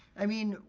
i mean,